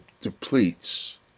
depletes